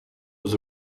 was